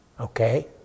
Okay